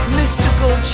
mystical